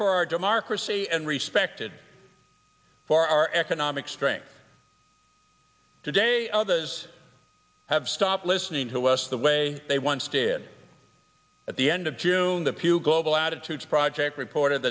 for our democracy and respected for our economic strength today others have stopped listening to us the way they once did at the end of june the pew global attitudes project reported